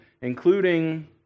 including